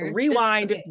rewind